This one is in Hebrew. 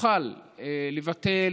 יוכל לבטל,